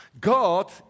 God